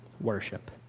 worship